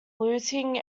looting